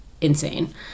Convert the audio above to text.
insane